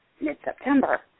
mid-September